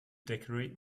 decorate